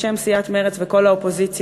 בשם סיעת מרצ וכל האופוזיציה,